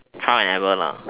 trial and error lah